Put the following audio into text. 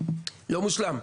לא מושלם.